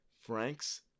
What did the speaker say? Frank's